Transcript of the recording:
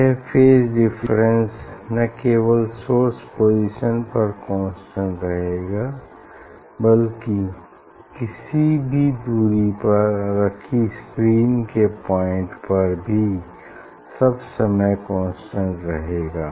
यह phase difference न केवल सोर्स पोजीशन पर कांस्टेंट होगा बल्कि किसी भी दूरी पर रखी स्क्रीन के पॉइंट पर भी सब समय कांस्टेंट रहेगा